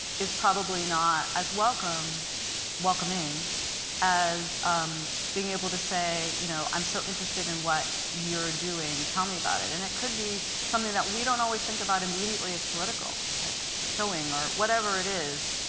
is probably not as welcome and welcoming as um being able to say you know i'm so interested in what you're doing. tell me about it. and it could be something that we don't always think about immediately as political like sewing or whatever it is.